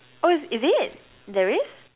oh is is it there is